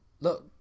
look